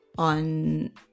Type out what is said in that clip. on